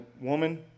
woman